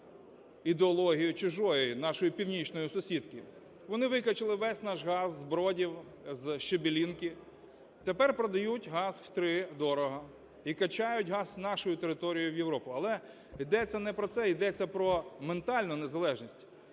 ідеологію чужу – нашої північної сусідки. Вони викачали весь наш газ з Бродів, з Шебелинки, тепер продають газ утридорога і качають газ нашою територією в Європу. Але йдеться не про це, йдеться про ментальну незалежність.